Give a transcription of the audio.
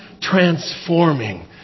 transforming